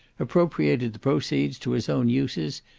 appropriated the proceeds to his own uses,